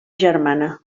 germana